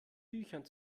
büchern